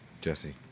Jesse